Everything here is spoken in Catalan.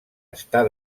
estar